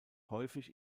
häufig